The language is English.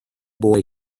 boy